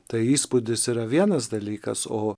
tai įspūdis yra vienas dalykas o